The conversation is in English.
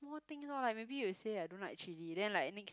small things loh like maybe you said I don't like chilli then like the next